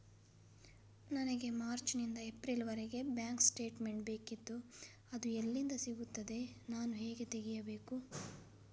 ನನಗೆ ಮಾರ್ಚ್ ನಿಂದ ಏಪ್ರಿಲ್ ವರೆಗೆ ಬ್ಯಾಂಕ್ ಸ್ಟೇಟ್ಮೆಂಟ್ ಬೇಕಿತ್ತು ಅದು ಎಲ್ಲಿಂದ ಸಿಗುತ್ತದೆ ನಾನು ಹೇಗೆ ತೆಗೆಯಬೇಕು?